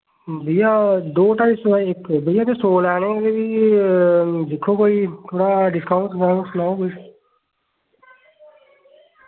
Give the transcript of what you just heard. भैया दो ढाई सौ दा इक भैया ते सौ लैने ते फ्ही दिक्खो कोई थोह्ड़ा डिस्काउंट बगैरा सनाओ किश